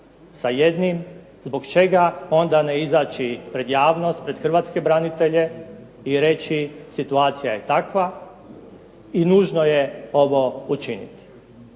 sa jednim zbog čega onda ne izaći pred javnost, pred hrvatske branitelje i reći situacija je takva i nužno je ovo učiniti.